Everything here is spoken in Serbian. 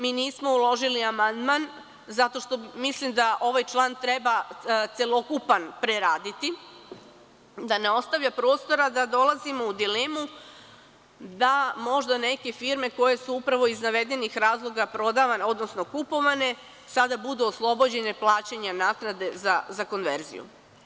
Mi nismo uložili amandman zato što mislim da ovaj član treba celokupan preraditi da ne ostavlja prostora da dolazimo u dilemu da možda neke firme koje su upravo iz navedenih razloga prodavane, odnosno kupovane, sada budu oslobođene plaćanja naknade za konverziju.